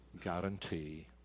guarantee